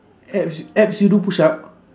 abs abs you do push-up